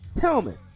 helmet